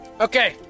Okay